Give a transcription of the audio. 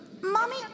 Mommy